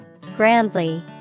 Grandly